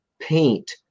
paint